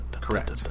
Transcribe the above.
Correct. (